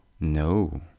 No